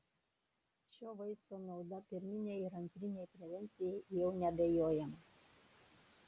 šio vaisto nauda pirminei ir antrinei prevencijai jau neabejojama